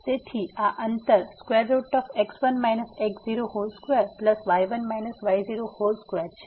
તેથી આ અંતર x1 x02y1 y02 છે